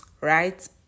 right